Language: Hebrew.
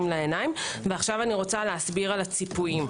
לעיניים ועכשיו אני רוצה להסביר על הציפויים.